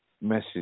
message